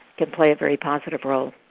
can play a very positive role.